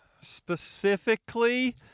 specifically